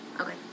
Okay